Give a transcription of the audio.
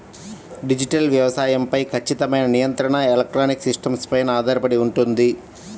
digital వ్యవసాయం పై ఖచ్చితమైన నియంత్రణ ఎలక్ట్రానిక్ సిస్టమ్స్ పైన ఆధారపడి ఉంటుంది